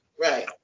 right